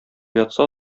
ятса